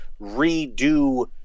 redo